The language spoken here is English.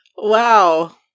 Wow